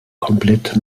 komplett